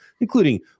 including